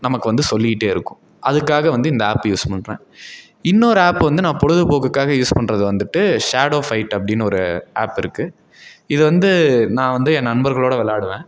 நமக்கு வந்து சொல்லிகிட்டே இருக்கும் அதுக்காக வந்து இந்த ஆப் யூஸ் பண்றேன் இன்னொரு ஆப் வந்து நான் பொழுதுப்போக்குக்காக யூஸ் பண்றது வந்துட்டு ஷேடோ ஃபைட் அப்படினு ஒரு ஆப் இருக்குது இது வந்து நான் வந்து என் நண்பர்களோடய விளயாடுவேன்